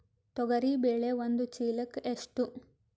ತೊಗರಿ ಬೇಳೆ ಒಂದು ಚೀಲಕ ಎಷ್ಟು?